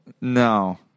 No